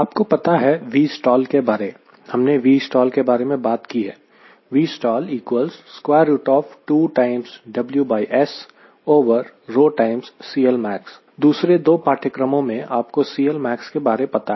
आपको पता है Vstall के बारे हमने Vstall के बारे में बात की है दूसरे 2 पाठ्यक्रमों से आपको CLmax के बारे पता है